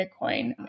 Bitcoin